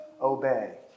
obey